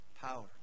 power